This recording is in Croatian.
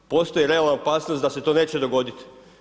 Postoji realna opasnost da se to neće dogoditi.